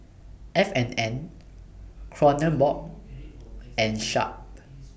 F and N Kronenbourg and Sharp